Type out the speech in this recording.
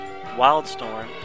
Wildstorm